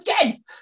again